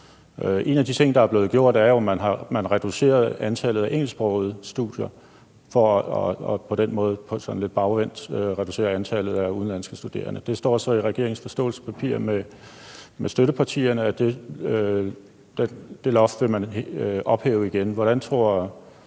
En af de ting, der er blevet gjort, er jo, at man har reduceret antallet af engelsksprogede studier for på den måde lidt bagvendt at reducere antallet af udenlandske studerende. Der står så i regerings forståelsespapir med støttepartierne, at det loft vil man ophæve igen.